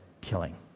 killing